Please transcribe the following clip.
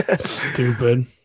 Stupid